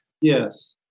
Yes